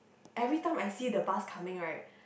every time I see the bus coming right